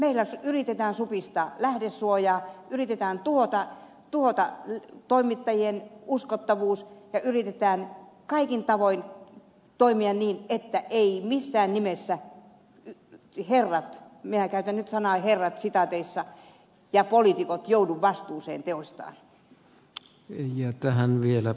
meillä yritetään supistaa lähdesuojaa yritetään tuhota toimittajien uskottavuus ja yritetään kaikin tavoin toimia niin että eivät missään nimessä herrat minä käytän nyt sanaa herrat sitaateissa ja poliitikot joudu vastuuseen teoistaan